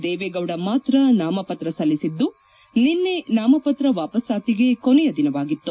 ದೇವೇಗೌಡ ಮಾತ್ರ ನಾಮಪತ್ರ ಸಲ್ಲಿಸಿದ್ದು ನಿನ್ನೆ ನಾಮಪತ್ರ ವಾಪಸ್ಸಾತಿಗೆ ಕೊನೆಯ ದಿನವಾಗಿತ್ತು